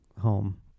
home